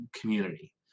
community